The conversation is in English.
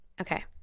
okay